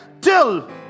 till